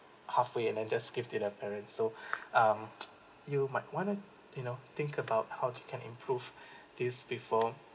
halfway and then just give to their parents so um you might wanna you know think about how you can improve this before